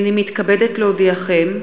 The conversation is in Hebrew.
הנני מתכבדת להודיעכם,